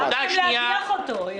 רצו להדיח אותו.